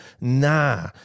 nah